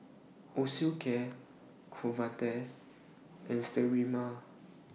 Osteocare Convatec and Sterimar